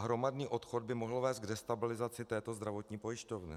Hromadný odchod by mohl vést k destabilizaci této zdravotní pojišťovny.